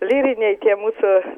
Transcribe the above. lyriniai tie mūsų